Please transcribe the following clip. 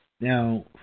Now